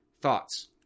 Thoughts